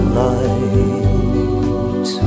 light